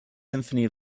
symphony